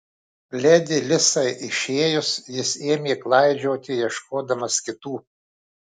ledi lisai išėjus jis ėmė klaidžioti ieškodamas kitų